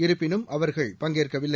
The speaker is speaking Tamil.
இருப்பினும் அவர்கள் பங்கேற்கவில்லை